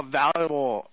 valuable